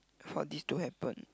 for this to happen